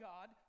God